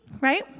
right